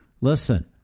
listen